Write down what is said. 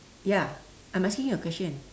ya I'm asking you a question